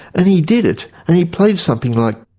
and he did it and he played something like